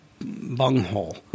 bunghole